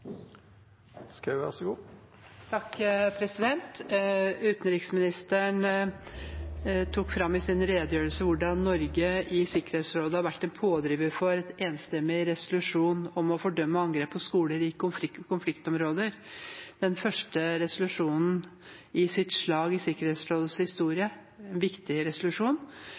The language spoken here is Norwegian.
Utenriksministeren tok i sin redegjørelse fram hvordan Norge i Sikkerhetsrådet har vært en pådriver for en enstemmig resolusjon om å fordømme angrep på skoler i konfliktområder – den første resolusjonen i sitt slag i Sikkerhetsrådets historie, en viktig resolusjon.